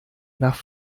nach